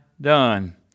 done